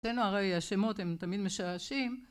אצלנו הרי השמות הן תמיד משעשים